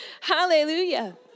Hallelujah